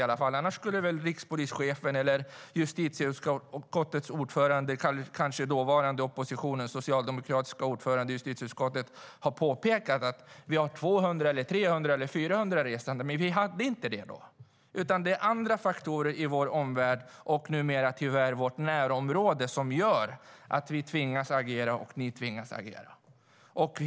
Annars hade väl rikspolischefenen eller den dåvarande socialdemokratiska ordföranden i justitieutskottet påpekat att vi hade 200, 300 eller 400 resande. Men vi hade inte det då. Det är andra faktorer i vår omvärld och numera tyvärr i vårt närområde som gör att vi och ni tvingas agera.